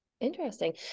Interesting